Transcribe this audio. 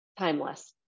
timeless